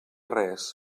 res